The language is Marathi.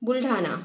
बुलढाणा